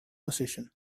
position